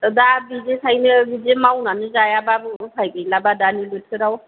दा बिदिखायनो बिदि मावनानै जायाब्लाबो उफाय गैलाबा दानि बोथोराव